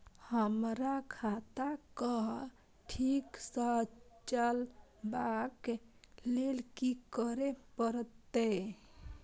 हमरा खाता क ठीक स चलबाक लेल की करे परतै